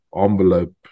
envelope